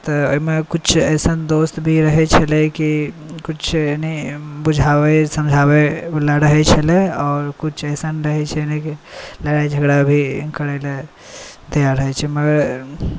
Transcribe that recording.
तऽ ओहिमे किछु अइसन दोस्त भी रहै छलै कि किछु नहि बुझाबै समझाबैवला रहै छलै आओर किछु अइसन रहै छलै कि लड़ाइ झगड़ा भी करैलए तैआर रहै छै मगर